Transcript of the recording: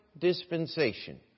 dispensation